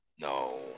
No